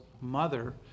mother